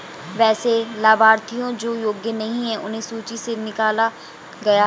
वैसे लाभार्थियों जो योग्य नहीं हैं उन्हें सूची से निकला गया है